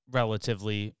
relatively